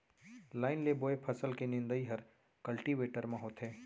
line ले बोए फसल के निंदई हर कल्टीवेटर म होथे